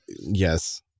Yes